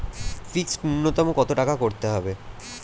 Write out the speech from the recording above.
Fixed নুন্যতম কত টাকা করতে হবে?